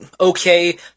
okay